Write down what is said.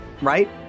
right